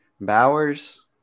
Bowers